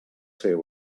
ser